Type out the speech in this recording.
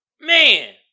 Man